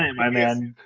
and my man.